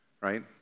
Right